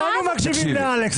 הדר, כולנו מקשיבים לאלכס.